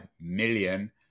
million